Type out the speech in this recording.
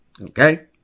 Okay